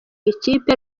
ikipe